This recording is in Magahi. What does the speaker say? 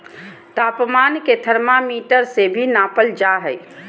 तापमान के थर्मामीटर से भी नापल जा हइ